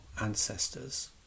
ancestors